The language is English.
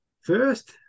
first